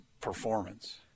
performance